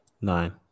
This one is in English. Nine